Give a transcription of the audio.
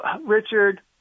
Richard